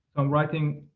i'm writing.